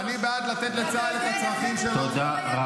אני בעד לתת לצה"ל את הצרכים שלו,